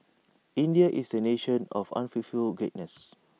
India is A nation of unfulfilled greatness